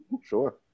sure